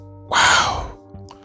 wow